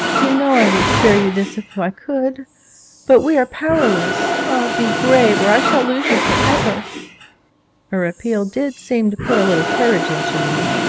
you know i would spare you this if i could but we are powerless. oh, be brave, or i shall lose you for ever her appeal did seem to put a little courage into me,